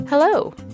Hello